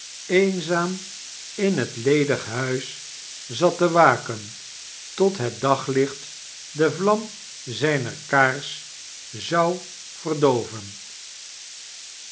eenzaam in het ledige huis zat te waken tot het daglicht de vlam zijner kaars zou verdooven